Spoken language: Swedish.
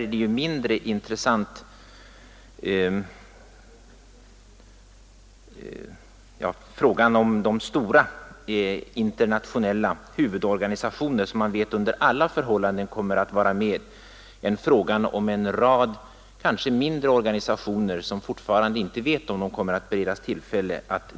Frågan huruvida inbjudan har utgått till de stora internationella huvudorganisationer, som man vet under alla förhållanden kommer att vara med, är därvidlag mindre intressant än frågan huruvida en rad specialorganisationer kommer att inbjudas.